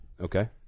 Okay